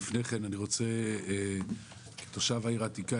לפני כן אני רוצה להתייחס כתושב העיר העתיקה,